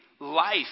life